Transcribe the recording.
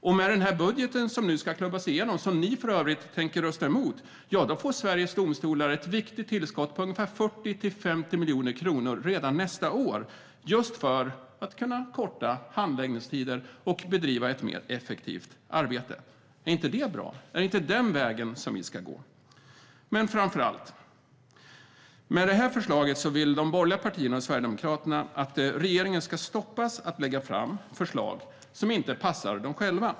Och med den budget som nu ska klubbas igenom, som ni för övrigt tänker rösta emot, får Sveriges domstolar ett viktigt tillskott på ungefär 40-50 miljoner kronor redan nästa år just för att kunna korta handläggningstider och bedriva ett mer effektivt arbete. Är inte det bra? Är det inte den vägen som vi ska gå? Framför allt är det så här: Med det här förslaget vill de borgerliga partierna och Sverigedemokraterna att regeringen ska hindras att lägga fram förslag som inte passar dem själva.